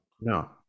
No